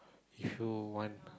If you want